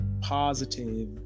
positive